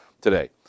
today